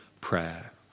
prayer